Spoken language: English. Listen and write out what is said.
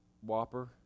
Whopper